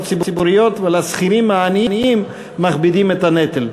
ציבוריות ועל השכירים העניים מכבידים את הנטל.